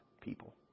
people